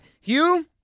Hugh